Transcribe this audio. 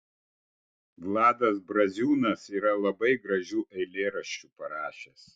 vladas braziūnas yra labai gražių eilėraščių parašęs